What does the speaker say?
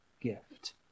gift